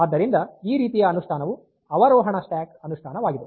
ಆದ್ದರಿಂದ ಈ ರೀತಿಯ ಅನುಷ್ಠಾನವು ಅವರೋಹಣ ಸ್ಟ್ಯಾಕ್ ಅನುಷ್ಠಾನವಾಗಿದೆ